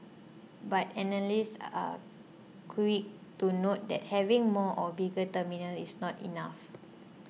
but analysts are quick to note that having more or bigger terminals is not enough